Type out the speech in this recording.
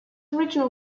original